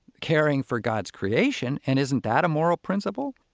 caring for god's creation, and isn't that a moral principle?